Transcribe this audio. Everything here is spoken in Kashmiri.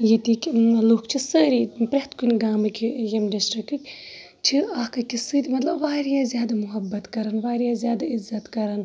ییٚتِکۍ لُکھ چھِ سٲری پرٛٮ۪تھ کُنہِ گامٕکۍ ییٚمہِ ڈِسٹرکٕکۍ چھِ اکھ أکِس سۭتۍ مَطلَب واریاہ زیادٕ مُحبَت کَران واریاہ عِزَت کَران